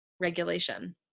regulation